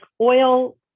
oil